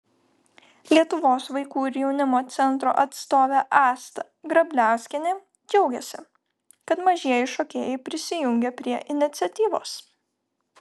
lietuvos vaikų ir jaunimo centro atstovė asta grabliauskienė džiaugėsi kad mažieji šokėjai prisijungė prie iniciatyvos